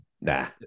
Nah